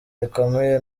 rikomeye